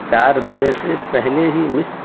چار بجے سے پہلے ہی مس